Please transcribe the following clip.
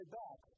back